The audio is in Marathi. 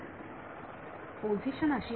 विद्यार्थी पोझिशन अशी आहे